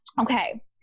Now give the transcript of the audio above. Okay